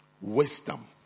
wisdom